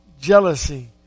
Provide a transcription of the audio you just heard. jealousy